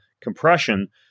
compression